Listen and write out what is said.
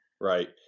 Right